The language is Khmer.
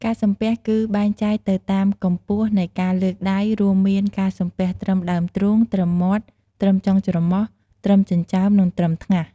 ការសំពះ គឺបែងចែកទៅតាមកម្ពស់នៃការលើកដៃ រួមមាន ការសំពះត្រឹមដើមទ្រូង ត្រឹមមាត់ ត្រឹមចុងច្រមុះ ត្រឹមចិញ្ចើម និងត្រឹមថ្ងាស។